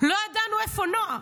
לא ידענו איפה נועה.